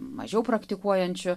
mažiau praktikuojančio